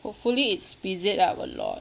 hopefully it speeds it up a lot